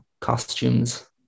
costumes